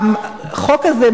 החוק הזה,